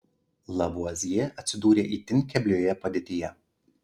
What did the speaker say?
lavuazjė atsidūrė itin keblioje padėtyje